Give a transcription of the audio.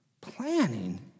Planning